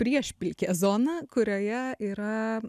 priešpilkė zona kurioje yra